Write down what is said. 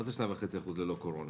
מה זה 2.5% ללא קורונה?